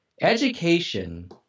education